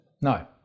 No